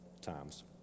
times